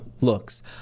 looks